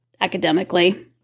academically